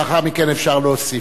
לאחר מכן אפשר להוסיף.